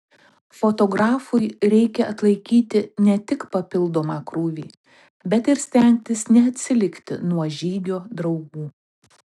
fotografui reikia atlaikyti ne tik papildomą krūvį bet ir stengtis neatsilikti nuo žygio draugų